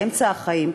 באמצע החיים,